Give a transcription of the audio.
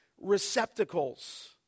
receptacles